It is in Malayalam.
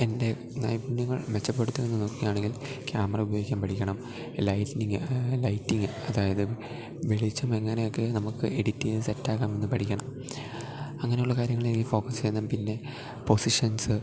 എൻ്റെ നൈപുണ്യങ്ങൾ മെച്ചപ്പെടുത്താൻ നോക്കുകയാണെങ്കിൽ ക്യാമറ ഉപയോഗിക്കാൻ പഠിക്കണം ലൈറ്റനിംഗ് ലൈറ്റിങ് അതായത് വെളിച്ചമെങ്ങനെയൊക്കെ നമുക്ക് എഡിറ്റ് ചെയ്ത് സെറ്റാക്കാമെന്ന് പഠിക്കണം അങ്ങനെ ഉള്ള കാര്യങ്ങളെനിക്ക് ഫോക്കസ് ചെയ്യണം പിന്നെ പൊസിഷൻസ്